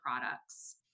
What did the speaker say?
products